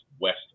west